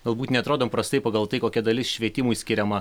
galbūt neatrodom prastai pagal tai kokia dalis švietimui skiriama